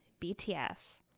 bts